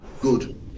Good